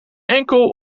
enkel